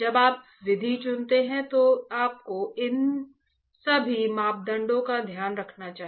जब आप विधि चुनते हैं तो आपको इन सभी मापदंडों का ध्यान रखना चाहिए